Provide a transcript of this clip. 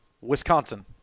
Wisconsin